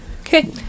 Okay